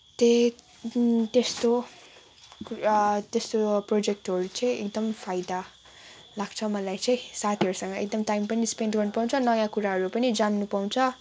त्यही त्यस्तो कुरा त्यस्तो प्रोजेक्टहरू चाहिँ एकदम फाइदा लाग्छ मलाई चाहिँ साथीहरूसँग एकदम टाइम पनि स्पेन्ड गर्न पाउँछ नयाँ कुराहरू पनि जान्नु पाउँछ